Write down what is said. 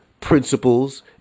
principles